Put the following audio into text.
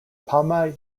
pama